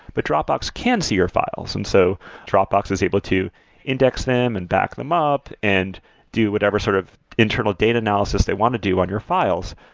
but dropbox can see your files. and so dropbox is able to index them and back them up and do whatever sort of internal data analysis they want to do on your files.